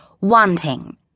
wanting